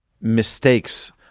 Mistakes